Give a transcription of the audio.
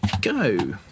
go